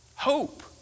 hope